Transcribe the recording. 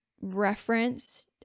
reference